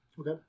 Okay